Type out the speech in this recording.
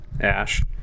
Ash